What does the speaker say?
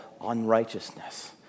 unrighteousness